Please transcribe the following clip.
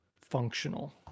functional